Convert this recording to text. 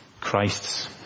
Christ's